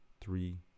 three